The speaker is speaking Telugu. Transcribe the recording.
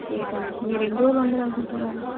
ఏటని మీరెన్ని రోజులు ఉండాలనుకుంటున్నారు